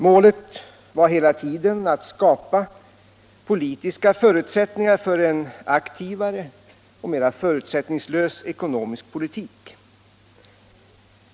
Målet var hela tiden att skapa politiska förutsättningar för en aktivare och mera förutsättningslös ekonomisk politik.